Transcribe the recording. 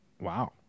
Wow